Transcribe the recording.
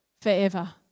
forever